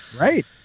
right